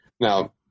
Now